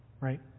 Right